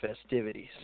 festivities